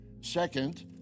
Second